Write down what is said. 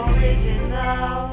Original